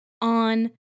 on